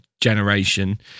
generation